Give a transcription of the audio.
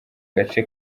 gace